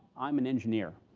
i'm an engineer.